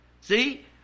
See